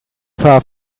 far